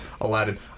Aladdin